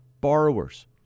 borrowers